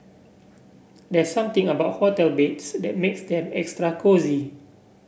there something about hotel beds that makes them extra cosy